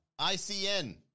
ICN